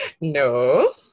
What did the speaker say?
No